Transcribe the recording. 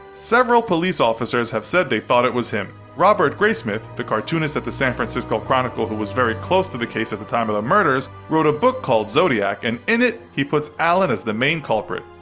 several police officers have said they thought it was him. robert graysmith, the cartoonist at the san francisco chronicle who was very close to the case at the time of the murders, wrote a book called zodiac, and in it, he puts allen as the main culprit.